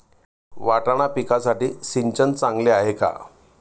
वाटाणा पिकासाठी सिंचन चांगले आहे का?